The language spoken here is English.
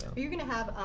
but you going to have,